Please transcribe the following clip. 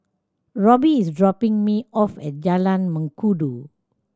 Roby is dropping me off at Jalan Mengkudu